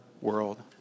world